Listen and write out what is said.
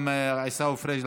גם עיסאווי פריג'.